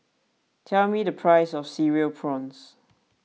tell me the price of Cereal Prawns